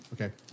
Okay